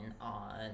on